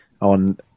on